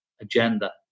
agenda